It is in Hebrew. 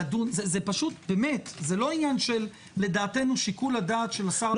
זה פשוט לא עניין של לדעתנו שיקול הדעת של השר.